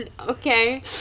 Okay